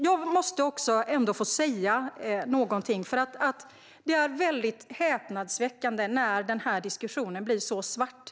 Jag måste också få säga att det är häpnadsväckande att den här diskussionen blir så svartvit.